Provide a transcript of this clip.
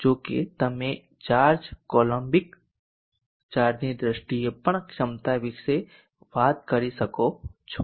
જો કે તમે ચાર્જ કોલમ્બિક ચાર્જની દ્રષ્ટિએ પણ ક્ષમતા વિશે વાત કરી શકો છો